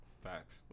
Facts